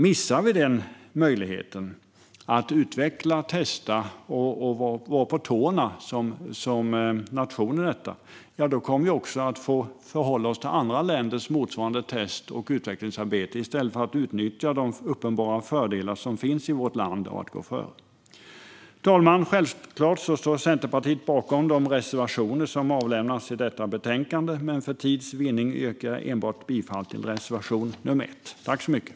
Missar vi som nation möjligheten att utveckla, testa och ligga i framkant i detta kommer vi att få förhålla oss till andra länders motsvarande test och utvecklingsarbete i stället för att utnyttja de uppenbara fördelar som finns i vårt land och med att gå före. Fru talman! Självklart står Centerpartiet bakom de reservationer som vi har i detta betänkande, men för tids vinnande yrkar jag bifall endast till reservation nr 1.